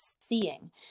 seeing